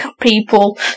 people